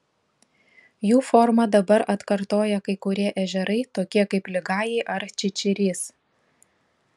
jų formą dabar atkartoja kai kurie ežerai tokie kaip ligajai ar čičirys